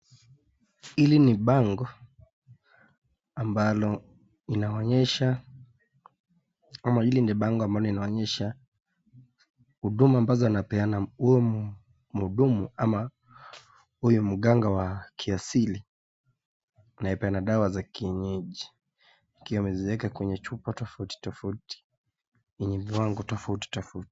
Hili ni bango ambalo linaonyesha ama hili bango ambalo linaonyesha huduma ambazo anapeana huo muhudumu ama huyo mganga wa kiasili. Na anaepeana dawa za kinyenyaji ikiwa wameziweka kwenye chupa tofauti tofauti yenye mwangoo tofauti tofauti.